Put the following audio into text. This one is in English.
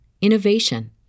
innovation